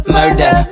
Murder